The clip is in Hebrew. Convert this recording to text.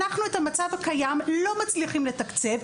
אנחנו את המצב הקיים לא מצליחים לתקצב.